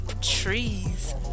trees